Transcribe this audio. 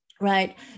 right